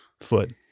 foot